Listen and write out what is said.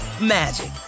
magic